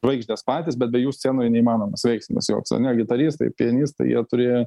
žvaigždės patys bet be jų scenoje neįmanomas veiksmas joks ane gitaristai pianistai jie turėjo